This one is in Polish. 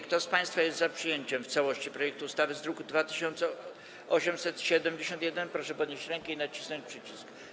Kto z państwa jest za przyjęciem w całości projektu ustawy z druku nr 2871, proszę podnieść rękę i nacisnąć przycisk.